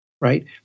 Right